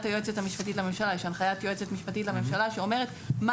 היועצת המשפטית לממשלה - יש הנחיית יועצת משפטית לממשלה שאומרת מה